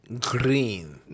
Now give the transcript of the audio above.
green